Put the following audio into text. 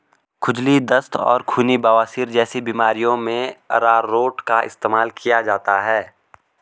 खुजली, दस्त और खूनी बवासीर जैसी बीमारियों में अरारोट का इस्तेमाल किया जाता है